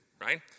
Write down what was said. right